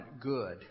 good